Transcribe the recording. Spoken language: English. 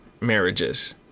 marriages